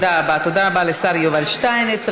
תודה רבה לשר יובל שטייניץ.